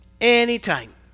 anytime